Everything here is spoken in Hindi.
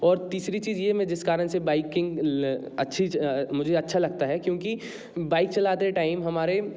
और तीसरी चीज ये मैं जिस कारण से बाइकिंग अच्छी मुझे अच्छा लगता हैं क्योंकि बाइक चलाते टाइम हमारे